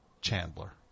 Chandler